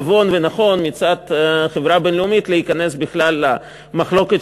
נבון ונכון מצד חברה בין-לאומית להיכנס בכלל למחלוקת